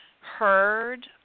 heard